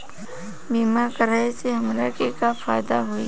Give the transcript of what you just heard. बीमा कराए से हमरा के का फायदा होई?